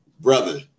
brother